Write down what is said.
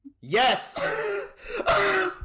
Yes